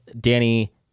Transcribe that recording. Danny